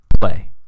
play